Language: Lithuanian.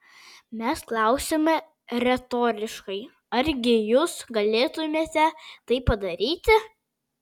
mes klausiame retoriškai argi jus galėtumėte tai padaryti